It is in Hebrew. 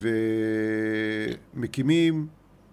ומקימים